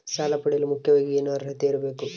ಸಾಲ ಪಡೆಯಲು ಮುಖ್ಯವಾಗಿ ಏನು ಅರ್ಹತೆ ಇರಬೇಕು?